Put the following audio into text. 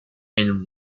and